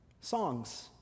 songs